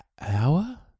Hour